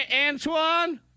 Antoine